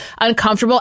uncomfortable